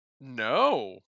No